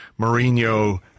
Mourinho